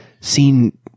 seen